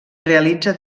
realitza